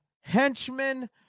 henchmen